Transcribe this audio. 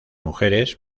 mujeres